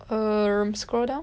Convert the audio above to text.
err scroll down